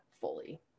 fully